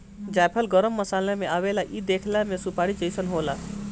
जायफल गरम मसाला में आवेला इ देखला में सुपारी जइसन होला